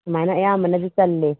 ꯑꯗꯨꯃꯥꯏꯅ ꯑꯌꯥꯝꯕꯅꯗꯤ ꯆꯜꯂꯦ